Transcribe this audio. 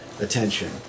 attention